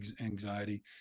anxiety